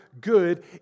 good